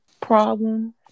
problems